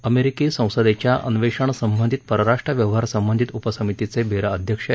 अमेरिकी संसदेच्या अन्वेषण संबंधित परराष्ट्र व्यवहार संबंधित उपसमितीचे बेरा अध्यक्ष आहेत